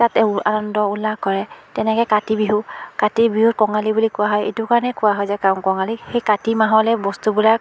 তাতে উ আনন্দ উলাহ কৰে তেনেকৈ কাতি বিহু কাতি বিহুক কঙালী বুলি কোৱা হয় এইটো কাৰণেই কোৱা হয় যে কাং কঙালী সেই কাতি মাহলৈ বস্তুবিলাক